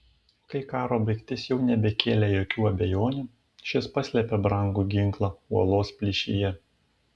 kai karo baigtis jau nebekėlė jokių abejonių šis paslėpė brangų ginklą uolos plyšyje